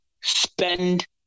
spend